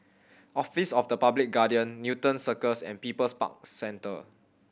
Office of the Public Guardian Newton Circus and People's Park Centre